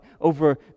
over